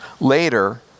Later